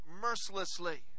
mercilessly